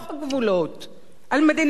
על מדינת ישראל שלנו.